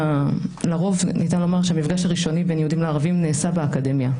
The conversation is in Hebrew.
לרוב ניתן לומר שהמפגש הראשוני בין יהודים וערבים נעשה באקדמיה.